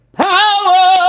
power